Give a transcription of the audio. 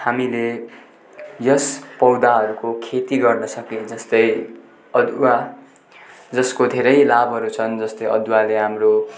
हामीले यस पौधाहरूको खेती गर्न सके जस्तै अदुवा जसको धेरै लाभहरू छन् जस्तै अदुवाले हाम्रो